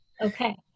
Okay